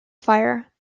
fire